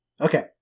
Okay